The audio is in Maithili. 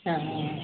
हाँ